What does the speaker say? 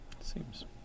Seems